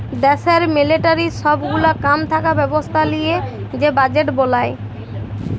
দ্যাশের মিলিটারির সব গুলা কাম থাকা ব্যবস্থা লিয়ে যে বাজেট বলায়